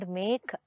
make